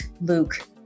Luke